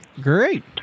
great